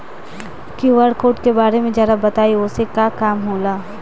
QR code के बारे में जरा बताई वो से का काम होला?